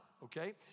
Okay